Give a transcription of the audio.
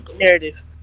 narrative